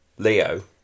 Leo